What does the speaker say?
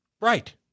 Right